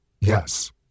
Yes